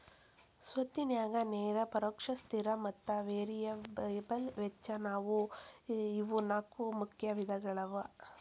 ಸ್ವತ್ತಿನ್ಯಾಗ ನೇರ ಪರೋಕ್ಷ ಸ್ಥಿರ ಮತ್ತ ವೇರಿಯಬಲ್ ವೆಚ್ಚ ಇವು ನಾಲ್ಕು ಮುಖ್ಯ ವಿಧಗಳವ